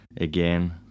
again